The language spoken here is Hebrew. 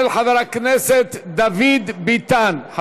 של חבר הכנסת דוד ביטן.